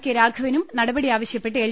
K രാഘവനും നടപടിയാവശ്യപ്പെട്ട് L